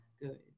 Good